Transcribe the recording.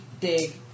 dig